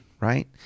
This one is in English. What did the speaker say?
Right